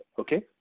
okay